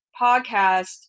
podcast